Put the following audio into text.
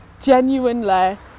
genuinely